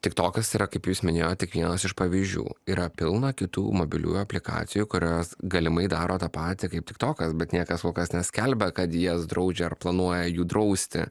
tiktokas yra kaip jūs minėjot tik vienas iš pavyzdžių yra pilna kitų mobiliųjų aplikacijų kurios galimai daro tą patį kaip tiktokas bet niekas kol kas neskelbia kad jas draudžia ar planuoja jų drausti